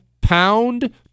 pound